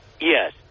Yes